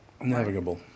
Navigable